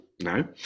No